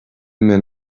men